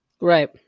Right